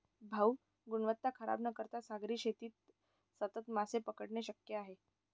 भाऊ, गुणवत्ता खराब न करता सागरी शेतीत सतत मासे पकडणे शक्य आहे